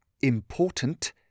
important